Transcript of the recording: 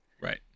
right